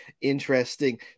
interesting